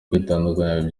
kwitandukanya